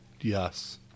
Yes